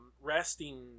resting